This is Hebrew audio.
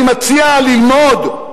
אני מציע ללמוד,